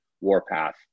Warpath